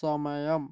സമയം